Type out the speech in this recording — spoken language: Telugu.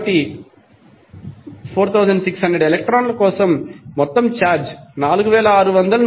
కాబట్టి 4600 ఎలక్ట్రాన్ల కోసం మొత్తం ఛార్జ్ 4600 ను 1